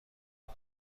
اون